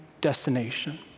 destination